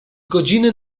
godziny